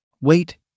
Wait